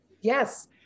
yes